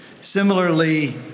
Similarly